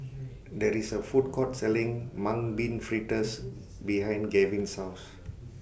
There IS A Food Court Selling Mung Bean Fritters behind Gavin's House